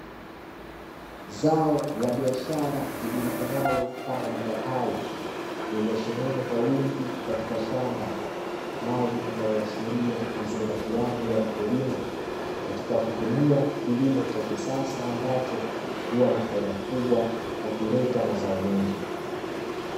Zao la biashara lijulikanalo kama mapapai lililosheheni kwa wingi katika shamba, hali inayoashiria uzingatiaji wa mkulima katika kutumia kilimo cha kisasa ambacho huwa na faida kubwa kwa kuleta mazao mengi.